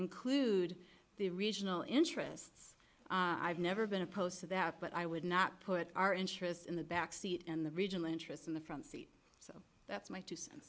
include the regional interests i've never been opposed to that but i would not put our interests in the backseat and the regional interests in the front seat so that's my two cents